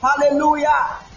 hallelujah